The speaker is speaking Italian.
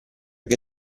che